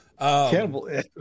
Cannibal